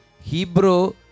Hebrew